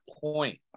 point